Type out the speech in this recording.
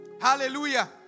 Hallelujah